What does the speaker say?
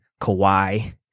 Kawhi